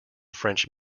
french